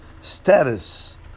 status